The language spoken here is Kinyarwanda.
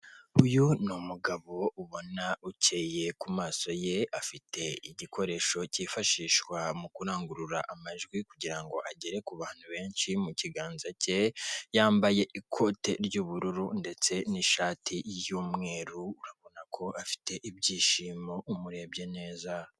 Uyu ni umugabo ubona ukeye ku maso ye afite igikoresho cyifashishwa mu kurangurura amajwi kugira ngo agere ku bantu benshi mu kiganza cye yambaye ikote ry'ubururu ndetse n'ishati y'umweru urabona ko afite ibyishimo umurebye neza.